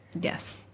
Yes